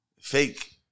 fake